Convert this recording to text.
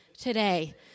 today